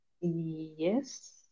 Yes